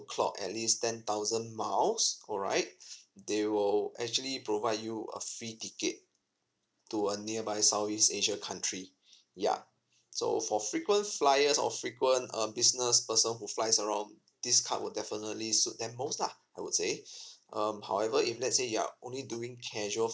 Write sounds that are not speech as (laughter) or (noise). clock at least ten thousand miles alright they will actually provide you a free ticket to a nearby southeast asia country ya so for frequent flyers or frequent uh business person who flies around this card will definitely suite them most lah I would say (breath) um however if let's say you are only doing casual